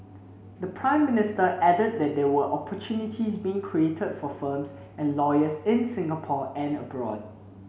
the Prime Minister added that there were opportunities being created for firms and lawyers in Singapore and abroad